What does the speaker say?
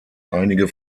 einige